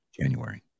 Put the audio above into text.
January